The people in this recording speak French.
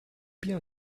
bien